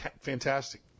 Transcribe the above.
fantastic